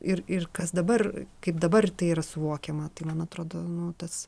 ir ir kas dabar kaip dabar tai yra suvokiama tai man atrodo nu tas